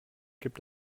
gibt